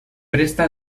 presta